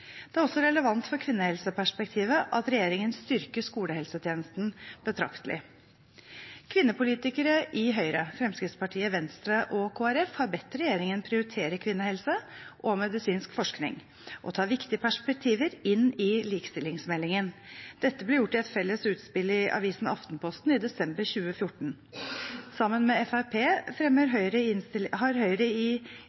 Det er også relevant for kvinnehelseperspektivet at regjeringen styrker skolehelsetjenesten betraktelig. Kvinnepolitikere i Høyre, Fremskrittspartiet, Venstre og Kristelig Folkeparti har bedt regjeringen prioritere kvinnehelse og medisinsk forskning og ta viktige perspektiver inn i likestillingsmeldingen. Dette ble gjort i et felles utspill i avisen Aftenposten i desember 2014. Sammen med Fremskrittspartiet har Høyre i den innstillingen vi behandler i dag, bedt regjeringen utarbeide et eget kapittel i